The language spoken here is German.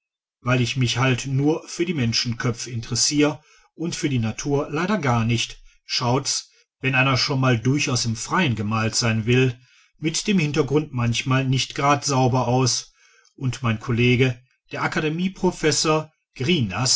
weil ich mich halt nur für die menschenköpf interessier und für die natur leider gar nicht schaut's wenn einer schon mal durchaus im freien gemalt sein will mit dem hintergrund manchmal nicht gerad sauber aus und mein kollege der akademie professor